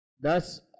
Thus